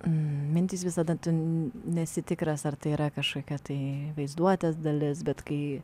mintys visada tu nesi tikras ar tai yra kažkokia tai vaizduotės dalis bet kai